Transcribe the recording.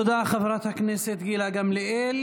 תודה, חברת הכנסת גילה גמליאל.